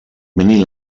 many